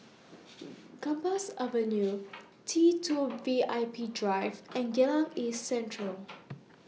Gambas Avenue T two V I P Drive and Geylang East Central